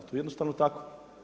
To je jednostavno tako.